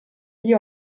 gli